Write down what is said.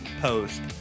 post